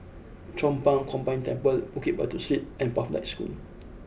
Chong Pang Combined Temple Bukit Batok Street and Pathlight School